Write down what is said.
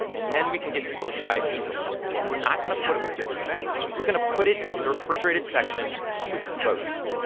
and then we can get people to try it easily. but we're not going to put it with the other juices. we're going to put it in the refrigerated section with the produce.